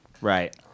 Right